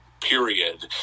Period